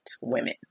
women